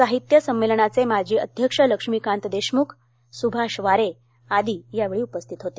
साहित्य संमेलनाचे माजी अध्यक्ष लक्ष्मीकांत देशमुख सुभाष वारे आदी यावेळी उपस्थित होते